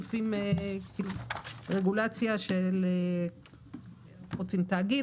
רגולציה של תאגיד.